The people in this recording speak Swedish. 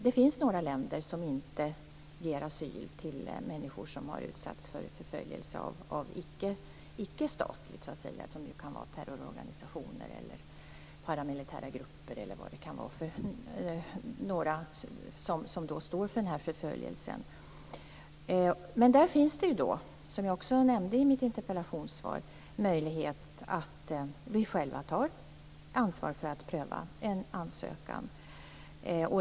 Det finns några länder som inte ger asyl till människor som har utsatts för icke-statlig förföljelse. Det kan t.ex. vara förföljelse från terrororganisationer, paramilitära grupper och liknade. Men där finns ju då, som jag också nämnde i mitt interpellationssvar, möjlighet att vi själva tar ansvar för att pröva en ansökan.